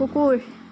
কুকুৰ